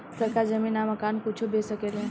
सरकार जमीन आ मकान कुछो बेच सके ले